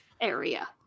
area